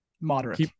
moderate